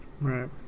Right